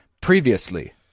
previously